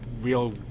real